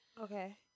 Okay